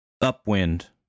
Upwind